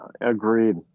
Agreed